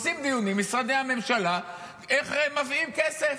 עושים דיונים במשרדי הממשלה איך מביאים כסף.